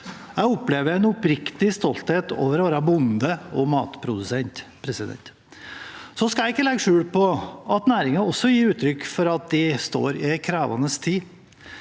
Jeg opplever en oppriktig stolthet over å være bonde og matprodusent. Jeg skal ikke legge skjul på at næringen også gir uttrykk for at de står i en krevende tid.